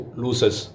loses